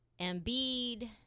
Embiid